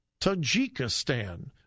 Tajikistan